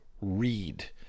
read